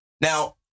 Now